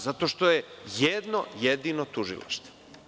Zato što je jedno jedino tužilaštvo.